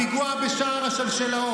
הפיגוע היה בשער השלשלת.